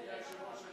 אדוני היושב-ראש,